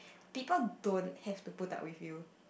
people don't have to put up with you